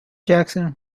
jackson